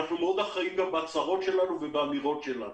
מאוד אחראים גם בהצהרות שלנו ובאמירות שלנו.